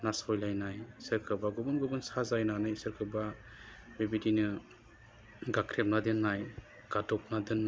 नासयलायनाय सोरखौबा गुबुन गुबुन साजायनानै सोरखौबा बेबायदिनो गाख्रेबना दोननाय गादबना दोननाय